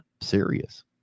serious